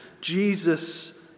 Jesus